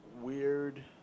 weird